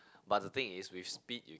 but the thing is we split it